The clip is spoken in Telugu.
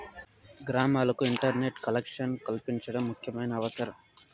గ్రామాలకు ఇంటర్నెట్ కలెక్షన్ కల్పించడం ముఖ్యమైన అవసరం